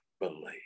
believe